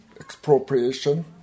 expropriation